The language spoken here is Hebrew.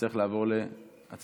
נצטרך לעבור להצבעה.